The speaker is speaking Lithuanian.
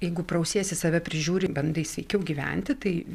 jeigu prausiesi save prižiūri bandai sveikiau gyventi tai